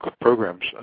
programs